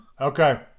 Okay